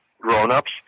grown-ups